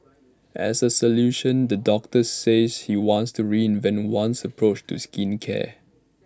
as A solution the doctor says he wants to reinvent one's approach to skincare